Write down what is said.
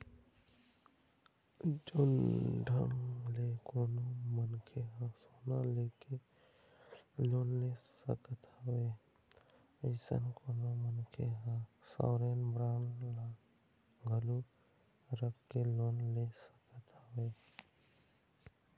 जउन ढंग ले कोनो मनखे ह सोना लेके लोन ले सकत हवय अइसन कोनो मनखे ह सॉवरेन बांड ल घलोक रख के लोन ले सकत हवय